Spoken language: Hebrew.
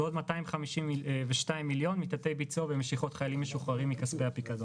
ועוד 252 מיליון מתתי ביצוע ומשיכות חיילים משוחררים מכספי הפיקדון.